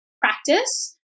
practice